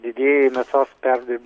didieji mėsos perdir